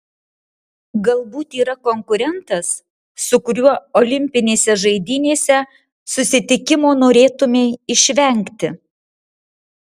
galbūt yra konkurentas su kuriuo olimpinėse žaidynėse susitikimo norėtumei išvengti